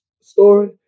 story